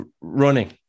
running